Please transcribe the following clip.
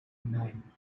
nine